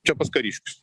čia pas kariškius